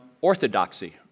orthodoxy